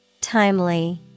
Timely